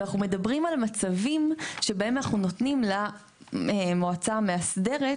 אנחנו מדברים על מצבים שבהם אנחנו נותנים למועצה המאסדרת